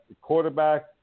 quarterback